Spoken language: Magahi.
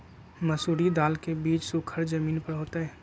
मसूरी दाल के बीज सुखर जमीन पर होतई?